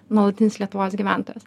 nuolatinis lietuvos gyventojas